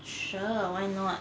sure why not